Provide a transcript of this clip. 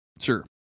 Sure